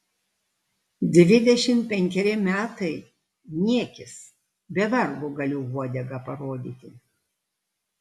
dvidešimt penkeri metai niekis be vargo galiu uodegą parodyti